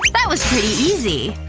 that was pretty easy!